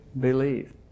believe